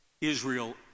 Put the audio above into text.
Israel